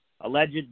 alleged